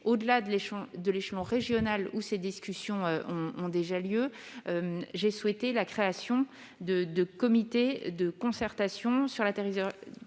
Au-delà de l'échelon régional, où des discussions ont déjà lieu, j'ai souhaité la création de comités de concertation sur la territorialisation